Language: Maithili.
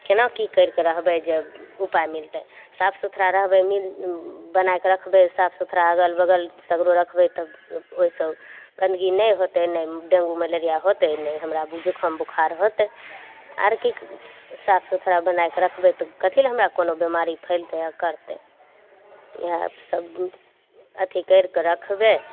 केना की कैरि कऽ रहबै जे उपाय मिलतै साफ सुथड़ा रहबै मिल बनाएके रखबै साफ सुथड़ा अगल बगल सगरो रखबै तब ओहिसँ गन्दगी नहि होतै नहि डेंगू मलेरिया होतै नहि हमरा जुकाम बुखार होतै आर की कऽ साफ सुथड़ा बनाकऽ रखबै तऽ कथी लए हमरा कोनो बिमारी फैलतै आ करतै इएहा सब अथी कैरि कऽ रखबै